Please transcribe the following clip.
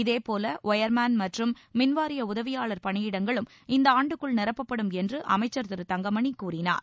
இதேபோல ஒயர்மேன் மற்றும் மின்வாரிய உதவியாளர் பணியிடங்களும் இந்த ஆண்டுக்குள் நிரப்பப்படும் என்று அமைச்சர் திரு தங்கமணி கூறினார்